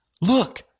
Look